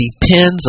depends